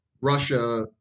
Russia